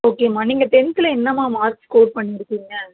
ஓகேமா நீங்கள் டென்த்தில் என்னம்மா மார்க் ஸ்கோர் பண்ணியிருக்கீங்க